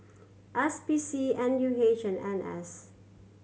S P C N U H and N S